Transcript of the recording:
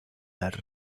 las